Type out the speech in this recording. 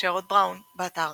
שרוד בראון, באתר